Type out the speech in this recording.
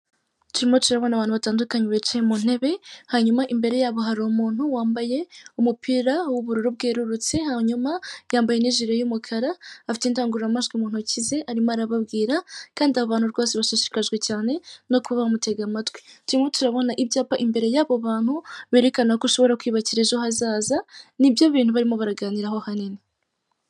Turimo turabona abantu batandukanye bicaye mu ntebe hanyuma imbere yabo hari umuntu wambaye umupira w'ubururu bwererurutse hanyuma yambaye n'ijire y'umukara afite indangururamajwi mu ntoki ze arimo arababwira kandi abo bantu rwose bashishikajwe cyane no kuba bamutega amatwi, turimo turabona ibyapa imbere y'abo bantu berekana ko ushobora kwiyubakira ejo hazaza nibyo bintu barimo baraganiraho hano.